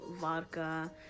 vodka